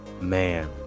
Man